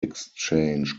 exchange